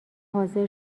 حاضر